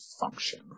function